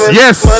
yes